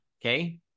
okay